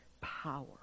power